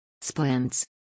Splints